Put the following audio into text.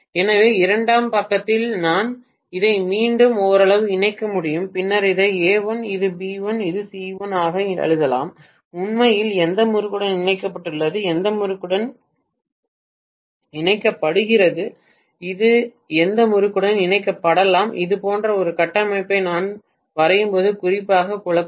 எனவே இரண்டாம் பக்கத்தில் நான் இதை மீண்டும் ஓரளவு இணைக்க முடியும் பின்னர் இதை A1 இது B1 ஆகவும் இது C1 ஆகவும் எழுதலாம் உண்மையில் எந்த முறுக்குடன் இணைக்கப்பட்டுள்ளது எந்த முறுக்குடன் இணைக்கப்படுகிறது இது எந்த முறுக்குடன் இணைக்கப்படலாம் இது போன்ற ஒரு கட்டமைப்பை நாம் வரையும்போது குறிப்பாக குழப்பம்